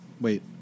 Wait